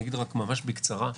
אגיד רק ממש בקצרה.